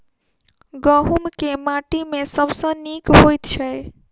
गहूम केँ माटि मे सबसँ नीक होइत छै?